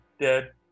dead